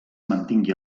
mantingui